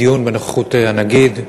דיון בנוכחות הנגיד.